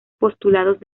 postulados